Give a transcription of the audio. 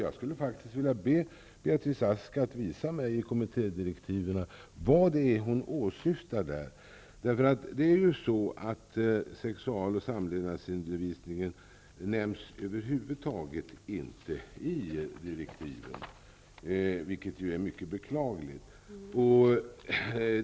Jag skulle därför faktiskt vilja be Beatrice Ask att visa mig vad det är i kommittédirektiven som hon åsyftar. Sexual och samlevnadsundervisningen nämns över huvud taget inte i direktiven, vilket är mycket beklagligt.